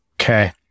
Okay